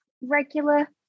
regular